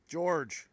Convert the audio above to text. George